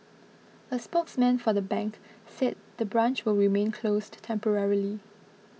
a spokesman for the bank said the branch will remain closed to temporarily